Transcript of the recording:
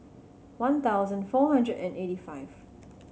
one thousand four hundred and eighty five